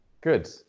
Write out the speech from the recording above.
Good